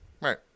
Right